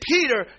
Peter